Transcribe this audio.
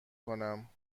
کنم